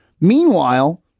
Meanwhile